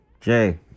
Jay